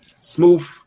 Smooth